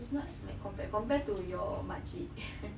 she's not like compared compared to your mak cik